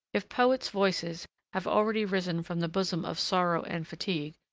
if poets' voices have already arisen from the bosom of sorrow and fatigue,